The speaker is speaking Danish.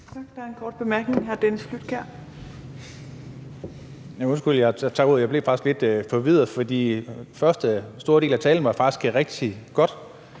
Der er en kort bemærkning fra hr. Dennis Flydtkjær.